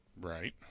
Right